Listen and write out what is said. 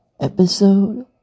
Episode